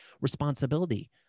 responsibility